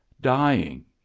Dying